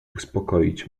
uspokoić